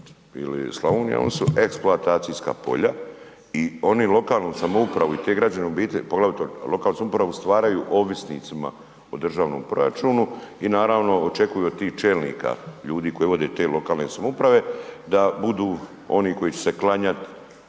ili Slavonija oni su eksploatacijska polja i oni lokalnu samoupravu i te građane u biti, poglavito lokalnu samoupravu stvaraju ovisnicima o državnom proračunu i naravno očekuju od tih čelnika, ljudi koji vode te lokalne samouprave da budu oni koji će se klanjati